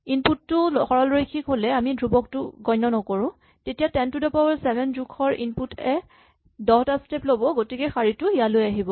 input টো সৰলৰৈখিক হ'লে আমি ধ্ৰুৱকটোক গণ্য নকৰো তেতিয়া ten to the power seven জোখৰ ইনপুট এ ১০ টা স্টেপ ল'ব গতিকে এই শাৰীটো ইয়ালৈ আহিব